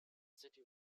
city